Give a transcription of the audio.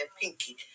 pinky